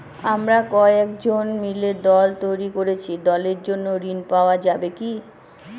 আমরা কয়েকজন মিলে দল তৈরি করেছি দলের জন্য ঋণ পাওয়া যাবে কি?